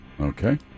Okay